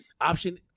Option